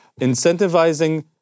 incentivizing